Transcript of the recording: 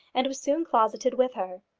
and was soon closeted with her.